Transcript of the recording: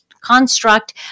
construct